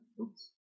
Oops